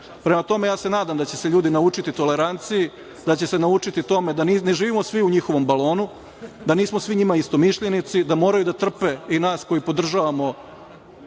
GD/SČPrema tome, ja se nadam da će se ljudi naučiti toleranciji, da će se naučiti tome da ne živimo svi u njihovom balonu, da nismo svi njima istomišljenici, da moraju da trpe i nas koji podržavamo